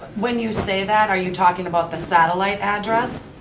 when you say that, are you talking about the satellite address?